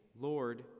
Lord